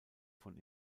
von